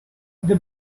the